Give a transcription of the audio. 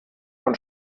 von